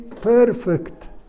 perfect